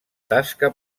tasca